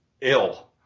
ill